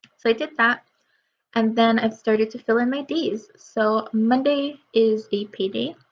so i did that and then i started to fill in my days. so monday is a pay day.